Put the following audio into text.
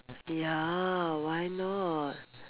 ya why not